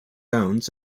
owns